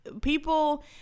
people